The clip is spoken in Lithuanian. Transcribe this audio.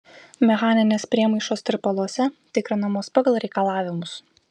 mechaninės priemaišos tirpaluose tikrinamos pagal reikalavimus